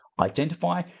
Identify